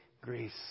Greece